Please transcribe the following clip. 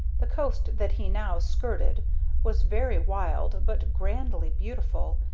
the coast that he now skirted was very wild but grandly beautiful,